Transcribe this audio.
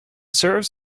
serves